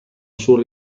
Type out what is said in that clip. sul